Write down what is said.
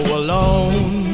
alone